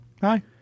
hi